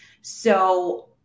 So-